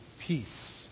peace